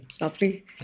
Lovely